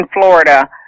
Florida